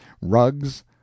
rugs